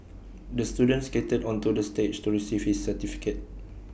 the student skated onto the stage to receive his certificate